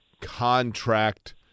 contract –